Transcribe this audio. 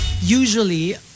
usually